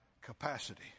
capacity